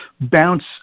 bounce